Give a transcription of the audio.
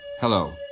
Hello